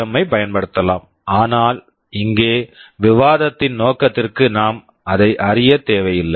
M PWM ஐப் பயன்படுத்தலாம் ஆனால் இங்கே விவாதத்தின் நோக்கத்திற்கு நாம் அதை அறியத் தேவையில்லை